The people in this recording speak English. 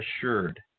assured